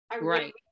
right